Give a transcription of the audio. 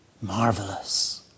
marvelous